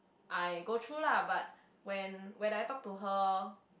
I go through lah but when when I talk to her